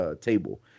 table